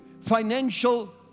financial